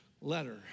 letter